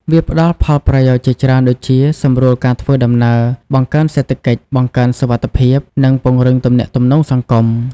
វាផ្ដល់ផលប្រយោជន៍ជាច្រើនដូចជា សម្រួលការធ្វើដំណើរ បង្កើនសេដ្ឋកិច្ច បង្កើនសុវត្ថិភាព និងពង្រឹងទំនាក់ទំនងសង្គម។